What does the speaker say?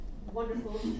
wonderful